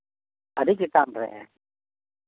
ᱟᱹᱰᱤ ᱪᱮᱛᱟᱱᱨᱮ